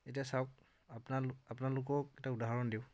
এতিয়া চাওক আপোনালোক আপোনালোকক এটা উদাহৰণ দিওঁ